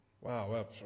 Wow